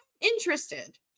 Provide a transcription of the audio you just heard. interested